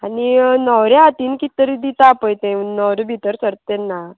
आनी न्हवऱ्या हातीन कित तरी दिता पळय ते न्हवरे भितर सरता तेन्ना